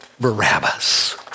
Barabbas